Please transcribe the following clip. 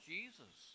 Jesus